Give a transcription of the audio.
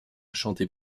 chanter